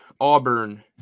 Auburn